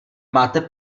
máte